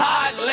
Hot